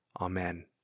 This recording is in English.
Amen